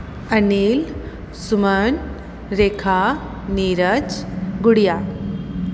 Anil Suman Rekha Neeraj Gudiya